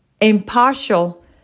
impartial